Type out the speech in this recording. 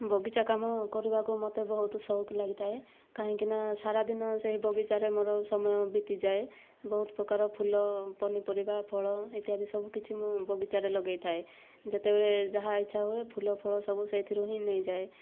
ବଗିଚା କାମ କରିବାକୁ ମତେ ବହୁତ ସଉକ ଲାଗିଥାଏ କାହିଁକି ନା ସାରା ଦିନ ସେହି ବଗିଚାରେ ମୋର ସମୟ ବିତିଯାଏ ବହୁତ ପ୍ରକାର ଫୁଲ ପନିପରିବା ଫଳ ଇତ୍ୟାଦି ସବୁ କିଛି ମୁଁ ବଗିଚାରେ ଲଗାଇଥାଏ ଯେତେବେଳେ ଯାହା ଇଚ୍ଛା ହୁଏ ଫୁଲ ଫଳ ସବୁ ସେଇଥିରୁ ହିଁ ନେଇଯାଏ